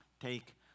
take